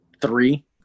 three